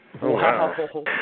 Wow